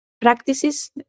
practices